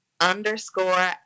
underscore